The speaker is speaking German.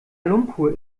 lumpur